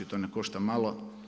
To ne košta malo.